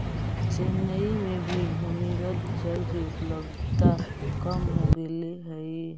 चेन्नई में भी भूमिगत जल के उपलब्धता कम हो गेले हई